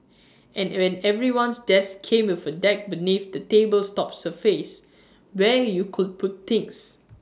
and when everyone's desk came with A deck beneath the table's top surface where you could put things